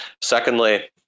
secondly